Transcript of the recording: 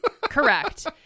Correct